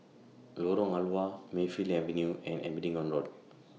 Lorong Halwa Mayfield Avenue and Abingdon Road